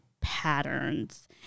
patterns